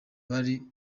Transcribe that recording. bari